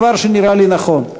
דבר שנראה לי נכון.